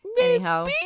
Anyhow